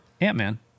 ant-man